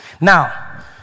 Now